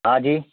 હા જી